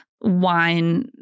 wine